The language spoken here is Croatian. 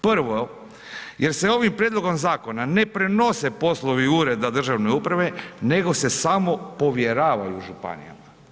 Prvo, jer je ovim prijedlogom zakona ne prenose poslovi ureda državne uprave, nego se samo povjeravaju županijama.